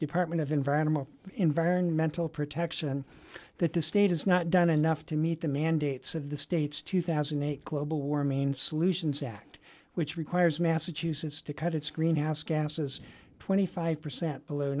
department of environment environmental protection that the state has not done enough to meet the mandates of the state's two thousand and eight global warming solutions act which requires massachusetts to cut its greenhouse gases twenty five percent below